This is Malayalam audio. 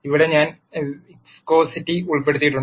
ഇവിടെ ഞാൻ വിസ്കോസിറ്റി ഉൾപ്പെടുത്തിയിട്ടുണ്ട്